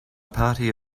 party